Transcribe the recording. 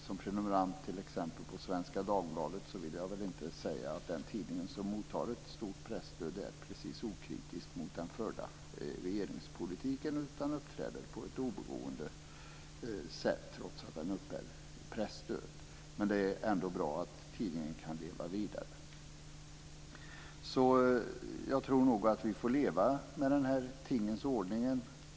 Som prenumerant på Svenska Dagbladet t.ex. vill jag inte säga att den tidningen, som ju mottar ett stort presstöd, är särskilt okritisk mot den förda regeringspolitiken, utan uppträder på ett oberoende sätt, trots att den uppbär presstöd. Det är ändå bra att tidningen kan leva vidare. Jag tror nog att vi får leva vidare med denna tingens ordning.